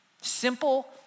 Simple